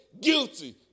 guilty